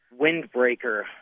windbreaker